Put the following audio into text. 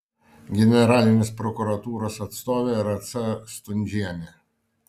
generalinės prokuratūros atstovė rasa stundžienė